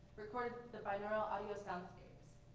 recorded the binaural audio soundscapes,